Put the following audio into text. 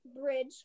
bridge